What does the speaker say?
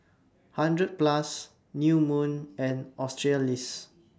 hundred Plus New Moon and Australis